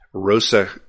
Rosa